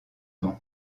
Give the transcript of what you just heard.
banc